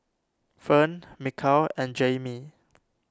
Ferne Mikal and Jaimie